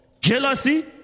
jealousy